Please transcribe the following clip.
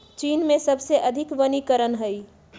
चीन में सबसे अधिक वनीकरण हई